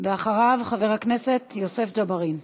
אחריו, חבר הכנסת יוסף ג'בארין.